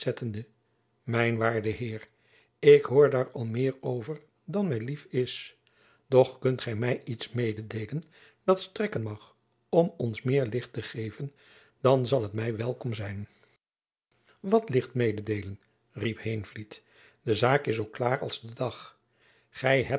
mijn waarde heer ik hoor daar al meer over dan my lief is doch kunt gy my iets mededeelen dat strekken mag om ons meer licht te geven dan zal het my welkom zijn wat licht mededeelen riep heenvliet de zaak is zoo klaar als de dag gy hebt